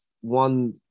one